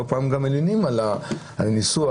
צריך להיכנס לגופם של דברים ולנתח נתונים.